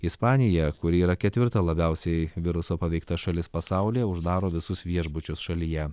ispanija kuri yra ketvirta labiausiai viruso paveikta šalis pasaulyje uždaro visus viešbučius šalyje